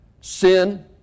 Sin